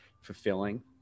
fulfilling